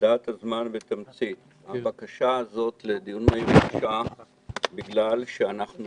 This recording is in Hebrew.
הבקשה לדיון מהיר הוגשה בגלל שאנחנו